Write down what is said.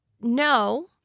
No